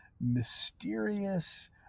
mysterious